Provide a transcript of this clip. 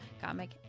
comic